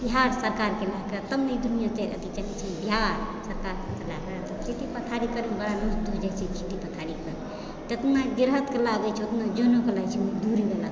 बिहार सरकारके लऽ कऽ तब ने ई दुनिआँ चलै अथि चलै छै बिहार सरकारके लऽ कऽ खेती पथारी करू बड़ा नीक चीज होइ छै खेती पथारी जितना गृहस्थके लागै छै उतना जनोके लगै छै मजदूरी